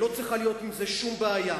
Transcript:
ולא צריכה להיות עם זה שום בעיה.